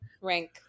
rank